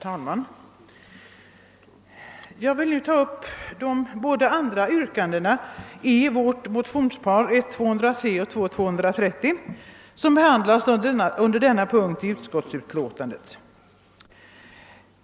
Herr talman! Jag skall nu ta upp de båda andra yrkandena i vårt motionspar I: 203 och 1I1:230 som behandlas under denna punkt i utlåtandet.